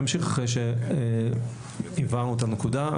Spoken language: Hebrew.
אני אמשיך אחרי שהבהרנו את הנקודה.